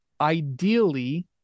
ideally